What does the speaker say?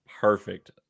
perfect